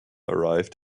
arrived